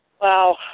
Wow